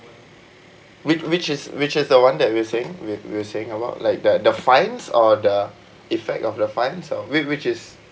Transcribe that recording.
whi~ which is which is the one that you're saying whi~ you're saying a lot like that the fines or the effect of the fines or whi~ which is